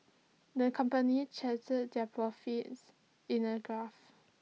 the company charted their profits in A graph